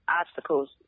obstacles